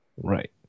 Right